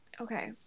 Okay